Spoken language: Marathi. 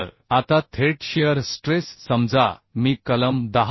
तर आता थेट शिअर स्ट्रेस समजा मी कलम 10